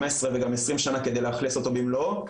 15 וגם 20 שנה כדי לאכלס אותו במלואו,